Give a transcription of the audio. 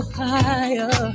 higher